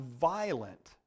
violent